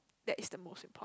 that is the most important